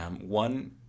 One